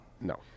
No